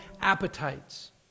appetites